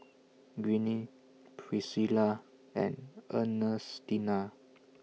Greene Priscilla and Ernestina